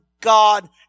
God